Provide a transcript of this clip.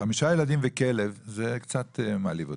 חמישה ילדים וכלב, זה קצת מעליב אותי.